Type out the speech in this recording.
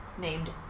named